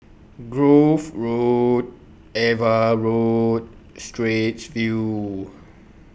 Grove Road AVA Road Straits View